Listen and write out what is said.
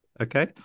Okay